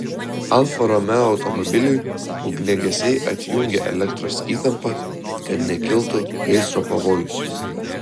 alfa romeo automobiliui ugniagesiai atjungė elektros įtampą kad nekiltų gaisro pavojus